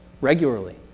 regularly